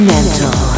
Mental